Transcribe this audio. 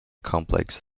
complex